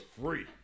free